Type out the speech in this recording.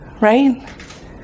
right